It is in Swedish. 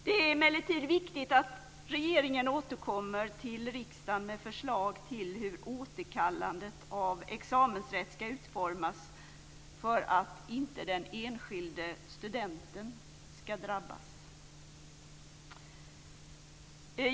Det är emellertid viktigt att regeringen återkommer till riksdagen med förslag till hur återkallandet av examensrätt ska utformas för att inte den enskilde studenten ska drabbas.